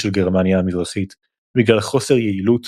של גרמניה המזרחית בגלל חוסר יעילות,